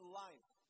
life